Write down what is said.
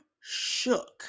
shook